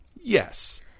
yes